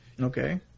Okay